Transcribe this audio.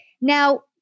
Now